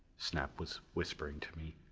snap was whispering to me.